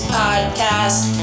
podcast